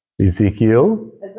Ezekiel